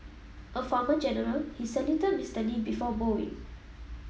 a former general he saluted Mister Lee before bowing